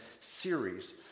series